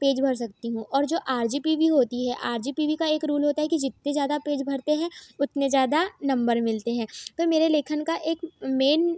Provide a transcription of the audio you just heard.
page भर सकती हूँ और जो आर जी पी भी होती है आर जी पी भी का एक रुल होता कि जितने ज्यादा पेज भरते हैं उतने ज्यादा नंबर मिलते हैं पर मेरे लेखन का एक मेन